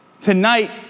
Tonight